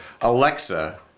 Alexa